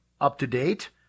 up-to-date